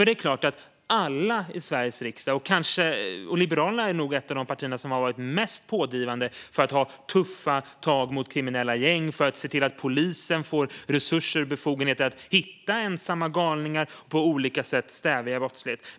Det är klart att alla partier i Sveriges riksdag - Liberalerna har nog varit ett av de mest pådrivande partierna - vill se tuffare tag mot kriminella gäng och att polisen får resurser och befogenheter att hitta ensamma galningar och på olika sätt stävja brottslighet.